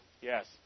Yes